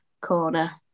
corner